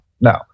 no